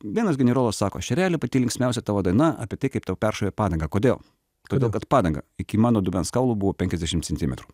vienas generolas sako šereli pati linksmiausia tavo daina apie tai kaip tau peršovė padangą kodėl todėl kad padanga iki mano dubens kaulų buvo penkiasdešimt centimetrų